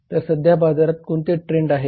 तर सध्या बाजारात कोणते ट्रेंड आहेत